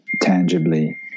tangibly